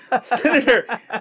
Senator